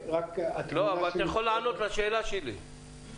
אתה יכול לענות לשאלה שלי.